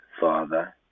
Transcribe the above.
father